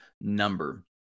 number